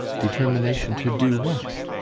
determination to do what?